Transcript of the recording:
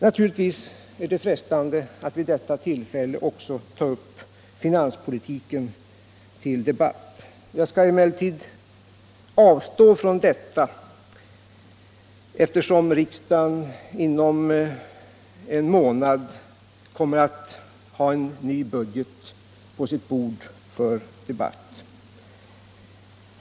Naturligtvis vore det frestande att i detta sammanhang även ta upp finanspolitiken till debatt. Jag skall emellertid avstå från detta, eftersom riksdagen inom en månad kommer att få en budget på sitt bord för debatt.